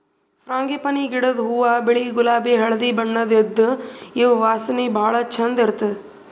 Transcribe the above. frangipani ಗಿಡದ್ ಹೂವಾ ಬಿಳಿ ಗುಲಾಬಿ ಹಳ್ದಿ ಬಣ್ಣದ್ ಇದ್ದ್ ಇವ್ ವಾಸನಿ ಭಾಳ್ ಛಂದ್ ಇರ್ತದ್